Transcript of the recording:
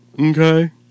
Okay